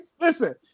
listen